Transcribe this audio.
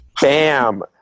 Bam